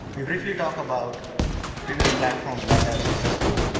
we briefly talked about previous platforms that are successful.